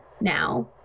now